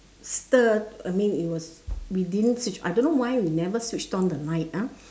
stir I mean it was we didn't switch I don't know why we never switched on the light ah